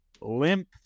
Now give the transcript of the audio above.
limp